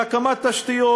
בהקמת תשתיות,